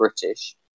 British